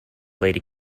lady